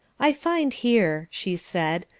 i find here, she said,